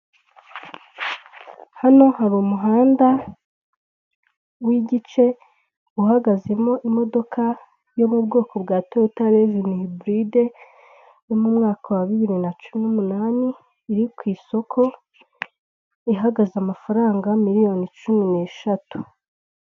Hano hari umuhanda w'igice, uhagazemo imodoka yo mu bwoko bwa Toyota Levini Hiburide, yo ku mwaka wa bibiri na cumi n'umunani, iri ku isoko, ihagaze amafaranga miliyoni cumi n'eshatu.